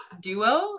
duo